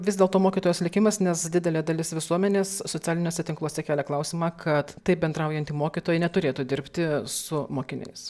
vis dėlto mokytojos likimas nes didelė dalis visuomenės socialiniuose tinkluose kelia klausimą kad taip bendraujanti mokytoja neturėtų dirbti su mokiniais